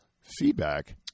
Feedback